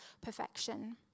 perfection